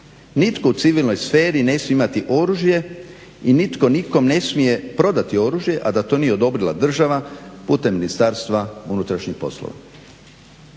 Nitko u civilnoj sferi ne smije imati oružje i nitko nikom ne smije prodati oružje a da to nije odobrila država putem Ministarstva unutrašnjih poslova.